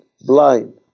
Blind